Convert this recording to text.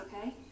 okay